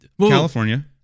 California